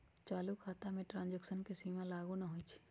चालू खता में ट्रांजैक्शन के सीमा लागू न होइ छै